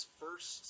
first